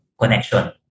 connection